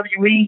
WWE